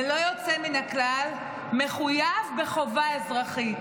ללא יוצא מן הכלל, מחויב בחובה אזרחית,